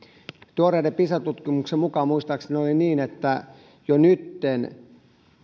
tuoreiden pisa tutkimusten mukaan muistaakseni oli niin että jo nytten